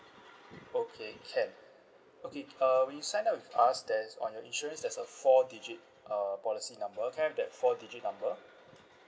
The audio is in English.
okay can okay uh when you sign up with us there is on your insurance there's a four digit uh policy number can I have that four digit number